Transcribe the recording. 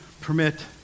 permit